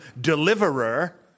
Deliverer